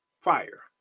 Fire